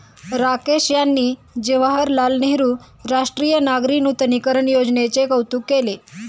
राकेश यांनी जवाहरलाल नेहरू राष्ट्रीय नागरी नूतनीकरण योजनेचे कौतुक केले